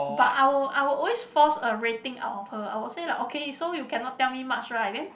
but I will I will always force a rating out of her I would say like okay so you cannot tell me much right then